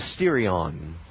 mysterion